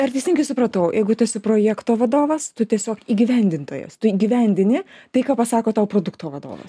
ar teisingai supratau jeigu tu esi projekto vadovas tu tiesiog įgyvendintojas tu įgyvendini tai ką pasako tau produkto vadovas